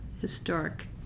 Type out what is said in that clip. historic